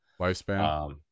Lifespan